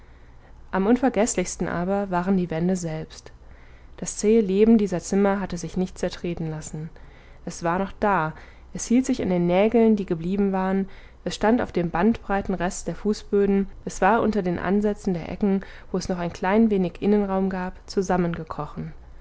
am unvergeßlichsten aber waren die wände selbst das zähe leben dieser zimmer hatte sich nicht zertreten lassen es war noch da es hielt sich an den nägeln die geblieben waren es stand auf dem bandbreiten rest der fußböden es war unter den ansätzen der ecken wo es noch ein klein wenig innenraum gab zusammengekrochen